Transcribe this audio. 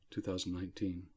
2019